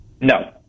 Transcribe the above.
No